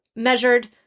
measured